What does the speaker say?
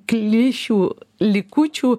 klišių likučių